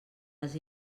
els